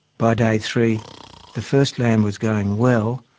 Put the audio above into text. by day three the first lamb was going well,